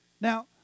Now